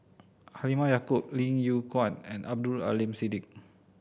Halimah Yacob Lim Yew Kuan and Abdul Aleem Siddique